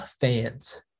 fans –